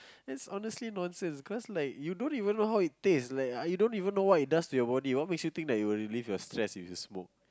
and it's honestly nonsense because like you don't even know how it taste like you don't even know what it does to your body what makes you think it will relieve your stress if you smoke